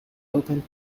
open